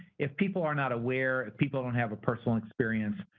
if people are not aware, if people don't have a personal experience,